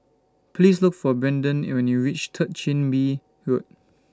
Please Look For Brandyn when YOU REACH Third Chin Bee Road